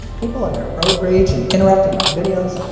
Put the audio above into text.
people and their road rage, and interrupting my videos,